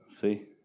See